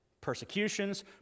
persecutions